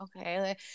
okay